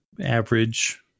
average